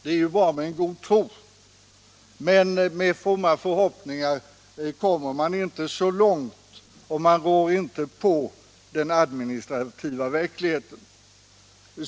Det är bra med en god tro, men med fromma förhoppningar kommer man inte så långt, och man rår inte på den administrativa verkligheten.